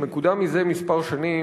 שמקודם מזה כמה שנים,